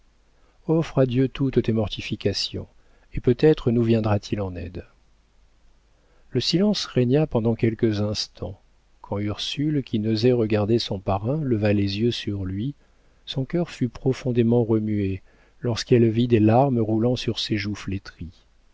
dieu toutes tes mortifications et peut-être nous viendra-t-il en aide le silence régna pendant quelques instants quand ursule qui n'osait regarder son parrain leva les yeux sur lui son cœur fut profondément remué lorsqu'elle vit des larmes roulant sur ses joues flétries